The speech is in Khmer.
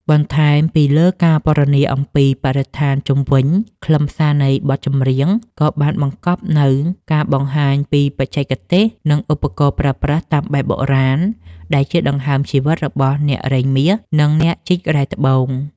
បន្ថែមពីលើការពណ៌នាអំពីបរិស្ថានជុំវិញ ខ្លឹមសារនៃបទចម្រៀងក៏បានបង្កប់នូវការបង្ហាញពីបច្ចេកទេស និងឧបករណ៍ប្រើប្រាស់តាមបែបបុរាណដែលជាដង្ហើមជីវិតរបស់អ្នករែងមាស និងអ្នកជីករ៉ែត្បូង។